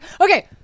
Okay